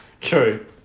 True